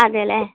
അതെ അല്ലേ